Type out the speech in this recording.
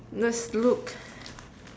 let's look